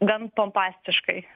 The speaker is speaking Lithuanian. gan pompastiškai